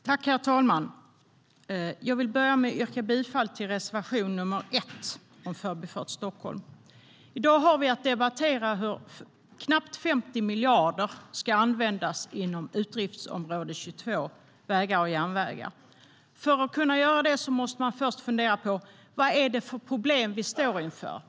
Herr talman! Jag vill börja med att yrka bifall till reservation nr 1 om Förbifart Stockholm.I dag har vi att debattera hur nästan 50 miljarder ska användas inom utgiftsområde 22, Vägar och järnvägar. För att kunna göra det måste man först fundera på vad det är för problem som vi står inför.